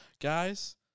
Guys